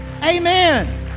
Amen